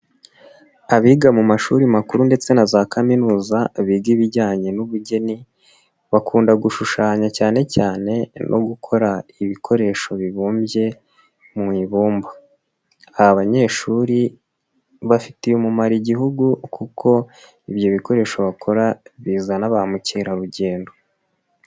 Abiga mu mashuri makuru ndetse na za kaminuza biga ibijyanye n'ubugeni, bakunda gushushanya cyane cyane no gukora ibikoresho bibumbye mu ibumba. Aba banyeshuri bafitiye umumaro Igihugu kuko ibyo bikoresho bakora bizana ba mukerarugendo.